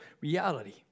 reality